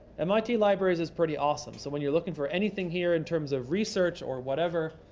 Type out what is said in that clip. mit libraries is pretty awesome. so when you're looking for anything here in terms of research or whatever,